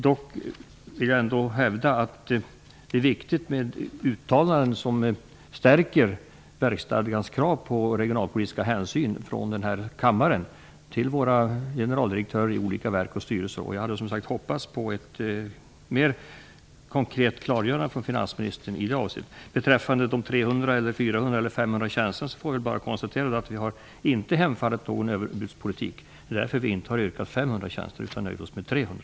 Jag vill dock ändå hävda att det är viktigt med uttalanden från denna kammare till våra generaldirektörer i olika verk och styrelser som stärker verksstadgans krav på regionalpolitiska hänsyn. Jag hade hoppats få ett mer konkret klargörande från finansministern i det avseendet. Beträffande de 300, 400 eller 500 tjänsterna vill jag bara konstatera att Centern inte har hemfallit åt någon överbudspolitik. Det är därför vi inte inte har yrkat på 500 tjänster, utan nöjt oss med 300.